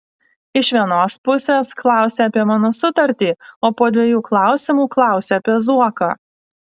iš vienos pusės klausi apie mano sutartį o po dviejų klausimų klausi apie zuoką